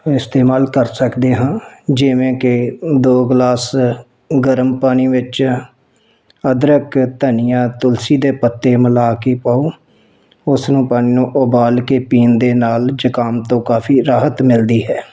ਇਸਤੇਮਾਲ ਕਰ ਸਕਦੇ ਹਾਂ ਜਿਵੇਂ ਕਿ ਦੋ ਗਲਾਸ ਗਰਮ ਪਾਣੀ ਵਿੱਚ ਅਦਰਕ ਧਨੀਆ ਤੁਲਸੀ ਦੇ ਪੱਤੇ ਮਿਲਾ ਕੇ ਪਾਓ ਉਸ ਨੂੰ ਪਾਣੀ ਨੂੰ ਉਬਾਲ ਕੇ ਪੀਣ ਦੇ ਨਾਲ ਜ਼ੁਕਾਮ ਤੋਂ ਕਾਫ਼ੀ ਰਾਹਤ ਮਿਲਦੀ ਹੈ